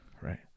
right